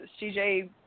CJ